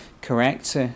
correct